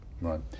Right